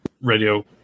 radio